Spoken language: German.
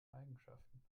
eigenschaften